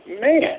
Man